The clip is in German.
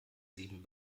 sieben